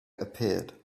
appeared